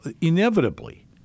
inevitably